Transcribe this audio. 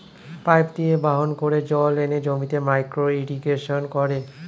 pipe দিয়ে বাহন করে জল এনে জমিতে মাইক্রো ইরিগেশন করে